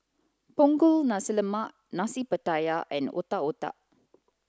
Punggol Nasi Lemak Nasi Pattaya and Otak Otak